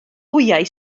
wyau